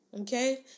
Okay